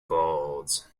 gods